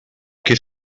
què